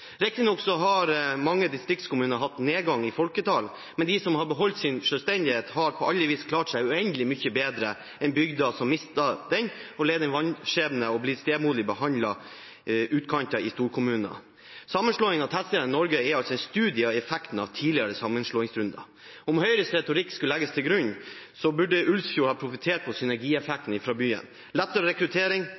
Riktignok har mange distriktskommuner hatt nedgang i folketallet, men de som har beholdt sin selvstendighet, har på alle vis klart seg uendelig mye bedre enn bygda som mistet den og led den vanskjebne å bli stemoderlig behandlede utkanter i storkommuner. Sammenslåingen av tettsteder i Norge er altså en studie i effekten av tidligere sammenslåingsrunder. Om Høyres retorikk skulle legges til grunn, burde Ullsfjord ha profitert på synergieffekten fra byen: lettere rekruttering